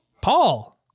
Paul